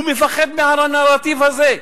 הוא משקף פחד מהנרטיב האחר.